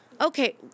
okay